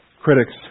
critics